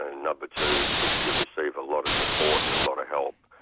ah no. but two you you receive a lot of support and a lot of help.